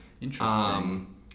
Interesting